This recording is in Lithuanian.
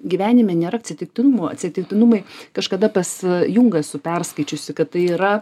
gyvenime nėra atsitiktinumo atsitiktinumai kažkada pas jungą esu perskaičiusi kad tai yra